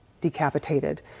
decapitated